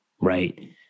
right